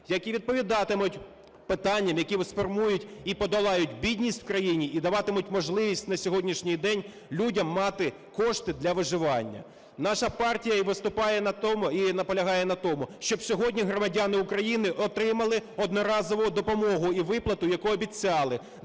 які відповідатимуть питанням, які сформують і подолають бідність в країні і даватимуть можливість на сьогоднішній день людям мати кошти для виживання. Наша партія наполягає на тому, щоб сьогодні громадяни України отримали одноразову допомогу і виплату, яку обіцяли,